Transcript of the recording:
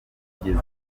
kugeza